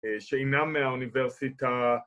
שאינם מהאוניברסיטה